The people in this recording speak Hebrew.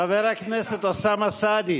חבר הכנסת אוסאמה סעדי,